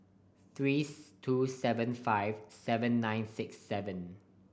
three two seven five seven nine six seven